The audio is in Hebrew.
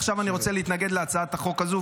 עכשיו אני רוצה להתנגד להצעת החוק הזו,